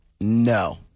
No